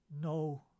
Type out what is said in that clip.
no